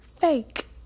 fake